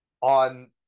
on